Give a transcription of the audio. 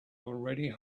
already